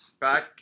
Back